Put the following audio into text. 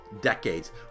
decades